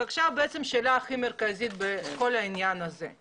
ועכשיו השאלה הכי מרכזית בכל העניין הזה,